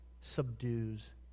subdues